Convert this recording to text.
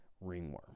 ringworm